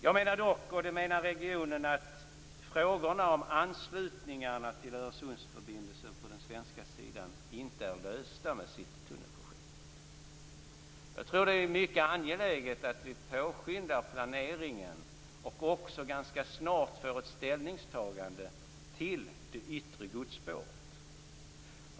Jag menar dock, och det menar man också i regionen, att frågorna om anslutningarna till Öresundsförbindelsen på den svenska sidan inte är lösta med citytunnelprojektet. Jag tror att det är mycket angeläget att vi påskyndar planeringen och också ganska snart får ett ställningstagande till det yttre godsspåret.